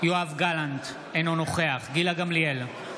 יואב גלנט, אינו נוכח גילה גמליאל,